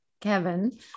Kevin